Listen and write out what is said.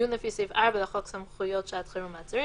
דיון לפי סעיף 4 לחוק סמכויות שעת חירום (מעצרים);